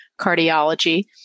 cardiology